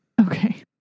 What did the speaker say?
Okay